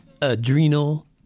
Adrenal